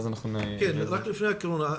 רק לפני הקורונה,